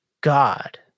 God